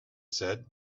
said